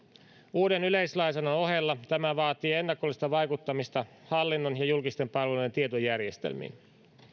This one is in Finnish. uuden yleislainsäädännön ohella tämä vaatii ennakollista vaikuttamista hallinnon ja julkisten palveluiden tietojärjestelmiin